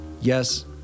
yes